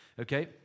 Okay